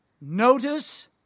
notice